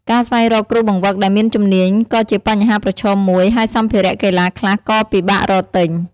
ការស្វែងរកគ្រូបង្វឹកដែលមានជំនាញក៏ជាបញ្ហាប្រឈមមួយ ហើយសម្ភារៈកីឡាខ្លះក៏ពិបាករកទិញ។